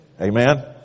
Amen